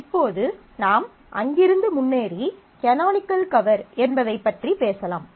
இப்போது நாம் அங்கிருந்து முன்னேறி கனானிக்கல் கவர் என்பதைப் பற்றிப் பேசலாம்